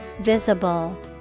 Visible